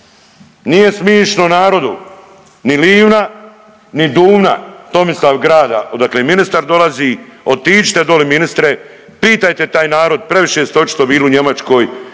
Nije smišno narodu ni Livna ni Duvna Tomislavgrada odakle ministar dolazi, otiđite dole ministre, pitajte taj narod previše ste očito bili u Njemačkoj